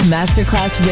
Masterclass